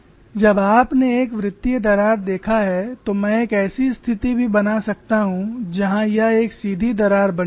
अब आपने एक वृत्तीय दरार देखा है मैं एक ऐसी स्थिति भी बना सकता हूं जहां यह एक सीधी दरार बन जाती है